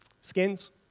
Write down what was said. skins